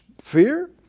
fear